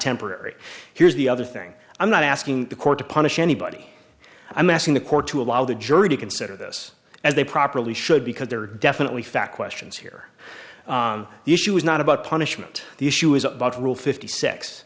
temporary here's the other thing i'm not asking the court to punish anybody i'm asking the court to allow the jury to consider this as they properly should because there are definitely fact questions here the issue is not about punishment the issue is about rule fifty six